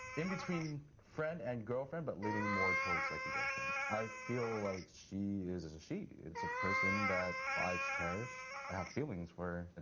in between friend and girlfriend, but leaning more towards, like, a girlfriend. i feel like she is is a she. it's a person that i cherish. i have feelings for her, and